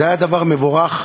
זה היה דבר מבורך.